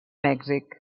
mèxic